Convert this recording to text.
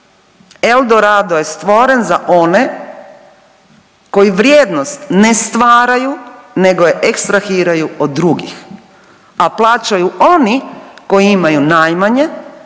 El Dorado je stvoren za one koji vrijednost ne stvaraju nego je ekstrahiraju od drugih, a plaćaju oni koji imaju najmanje